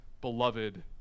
beloved